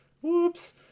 Whoops